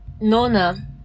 Nona